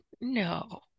No